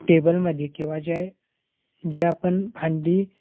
टेबलमध्ये किंवा ज्या जे आपण भांडी